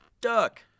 Duck